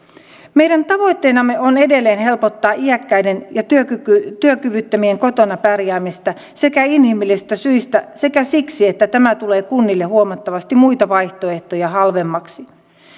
meidän tavoitteenamme on edelleen helpottaa iäkkäiden ja työkyvyttömien kotona pärjäämistä sekä inhimillisistä syistä että siksi että tämä tulee kunnille huomattavasti muita vaihtoehtoja halvemmaksi